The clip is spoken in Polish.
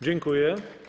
Dziękuję.